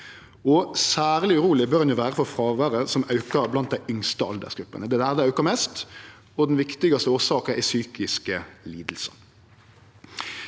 Særleg uroleg bør ein vere for fråværet som aukar blant dei yngste aldersgruppene, det er der det aukar mest, og den viktigaste årsaka er psykiske lidingar.